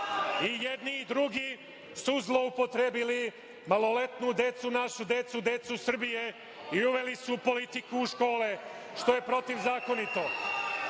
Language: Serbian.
jedni i drugi su zloupotrebili maloletnu decu, našu decu, decu Srbije i uveli su politiku u škole, što je protivzakonito.